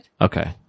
Okay